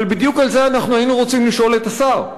אבל בדיוק על זה אנחנו היינו רוצים לשאול את השר,